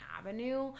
avenue